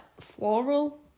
floral